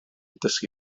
dysgu